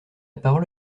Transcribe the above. parole